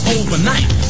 overnight